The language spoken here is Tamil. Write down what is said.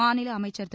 மாநில அமைச்சர் திரு